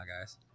guys